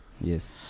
yes